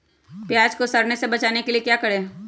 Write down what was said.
प्याज को सड़ने से बचाने के लिए क्या करें?